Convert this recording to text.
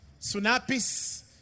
sunapis